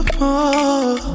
more